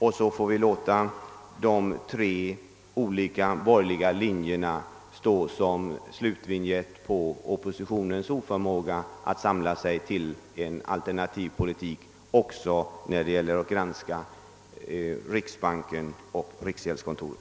Vi får väl låta de tre olika borgerliga linjerna stå som slutvinjett och visa oppositionens oförmåga att samla sig till en alternativ politik också när det gäller att granska riksbanken och riksgäldskontoret.